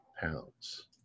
pounds